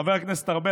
חבר הכנסת ארבל,